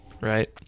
right